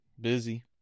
busy